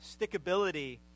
Stickability